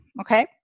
okay